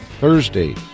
Thursday